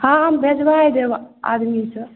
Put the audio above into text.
हँ हम भेजबाए देब आदमीसँ